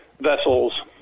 vessels